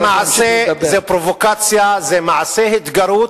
זה מעשה פרובוקציה, זה מעשה התגרות,